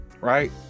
right